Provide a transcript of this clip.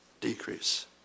decrease